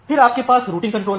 फिर आपके पास रूटिंग कंट्रोल है